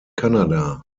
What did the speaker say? canada